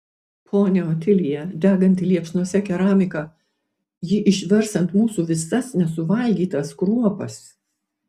ponia otilija deganti liepsnose keramika ji išvers ant mūsų visas nesuvalgytas kruopas